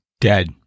Dead